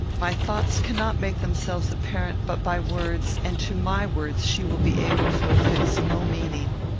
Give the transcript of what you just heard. my thoughts cannot make themselves apparent but by words, and to my words she will be able to affix no meaning.